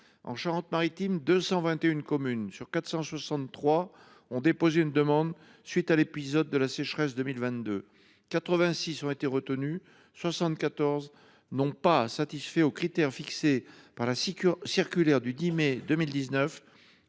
la Charente Maritime, 221 communes sur 463 ont déposé une demande à la suite de l’épisode de sécheresse de 2022 ; 86 de ces demandes ont été retenues, 74 n’ont pas satisfait aux critères fixés par la circulaire du 10 mai 2019